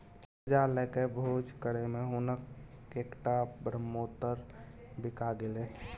करजा लकए भोज करय मे हुनक कैकटा ब्रहमोत्तर बिका गेलै